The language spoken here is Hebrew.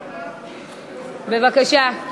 בבקשה.